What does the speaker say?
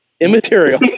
Immaterial